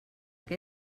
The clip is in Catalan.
què